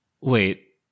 Wait